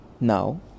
Now